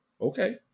okay